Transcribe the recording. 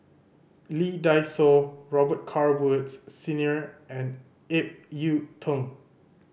Lee Dai Soh Robet Carr Woods Senior and Ip Yiu Tung